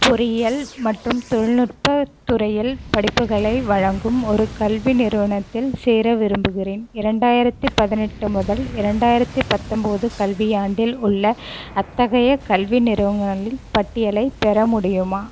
பொறியியல் மற்றும் தொழில்நுட்பத் துறையில் படிப்புகளை வழங்கும் ஒரு கல்வி நிறுவனத்தில் சேர விரும்புகிறேன் இரண்டாயிரத்தி பதினெட்டு முதல் இரண்டாயிரத்தி பத்தொன்பது கல்வியாண்டில் உள்ள அத்தகைய கல்வி நிறுவனங்களின் பட்டியலைப் பெற முடியுமா